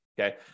okay